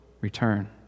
return